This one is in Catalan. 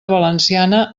valenciana